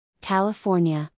California